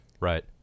Right